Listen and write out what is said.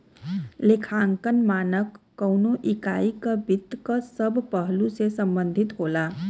लेखांकन मानक कउनो इकाई क वित्त क सब पहलु से संबंधित होला